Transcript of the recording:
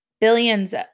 Billions